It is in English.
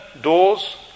doors